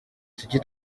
tujye